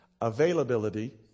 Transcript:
availability